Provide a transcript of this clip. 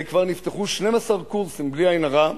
וכבר נפתחו 12 קורסים, בלי עין הרע.